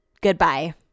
goodbye